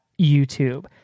YouTube